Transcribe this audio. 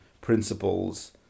principles